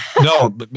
No